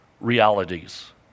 realities